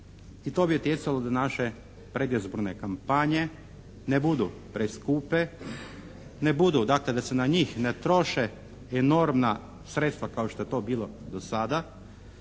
i to bi utjecalo da naše predizborne kampanje ne budu preskupe. Ne budu, dakle da se na njih ne troše enormna sredstva kao što je to bilo do sada